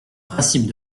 principe